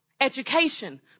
Education